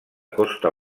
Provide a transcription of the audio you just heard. costa